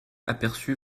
aperçut